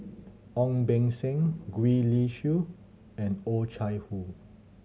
Ong Beng Seng Gwee Li Sui and Oh Chai Hoo